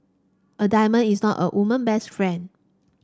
a diamond is not a woman best friend